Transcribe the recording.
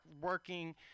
working